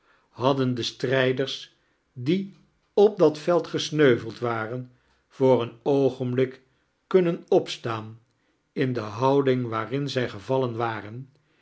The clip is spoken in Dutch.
hadden de strijders die op dat veld gesmeuveld waren voor een oogenblik kunnen opstaan in de houding waarin zij gevallan waren